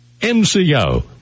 MCO